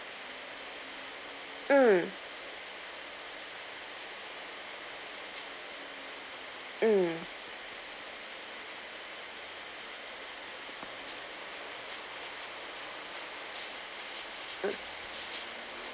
mm mm